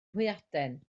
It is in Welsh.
hwyaden